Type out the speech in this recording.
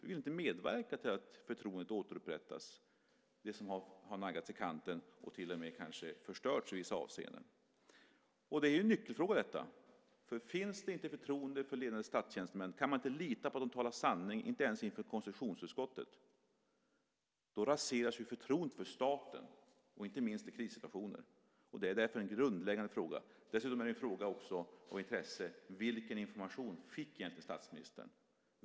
Ni vill inte medverka till att förtroendet återupprättas - det förtroende som har naggats i kanten och kanske till och med har förstörts i vissa avseenden. Detta är en nyckelfråga. Finns det inte förtroende för ledande statstjänstemän, kan man inte lita på att de talar sanning, inte ens inför konstitutionsutskottet, då raseras förtroendet för staten, inte minst i krissituationer. Det är därför en grundläggande fråga. En fråga av intresse är dessutom: Vilken information fick egentligen statsministern?